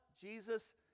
Jesus